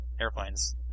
airplanes